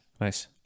nice